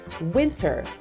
winter